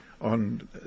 on